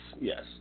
yes